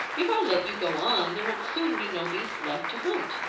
if i let you go on, there will soon be no beasts left to hunt.